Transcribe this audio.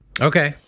Okay